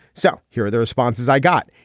so here are the responses i got.